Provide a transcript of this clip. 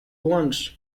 wants